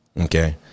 Okay